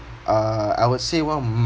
uh I would say one of